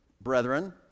brethren